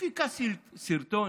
מפיקה סרטון.